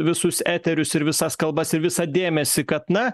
visus eterius ir visas kalbas ir visą dėmesį kad na